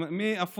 מה זה כביש 65?